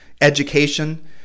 education